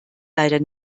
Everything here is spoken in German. leider